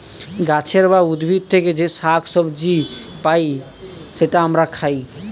গাছের বা উদ্ভিদ থেকে যে শাক সবজি পাই সেটা আমরা খাই